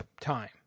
time